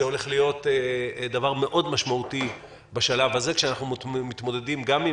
זה הולך להיות דבר משמעותי מאוד בשלב הזה כאשר אנחנו מתמודדים גם עם